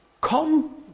Come